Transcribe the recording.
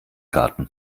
garten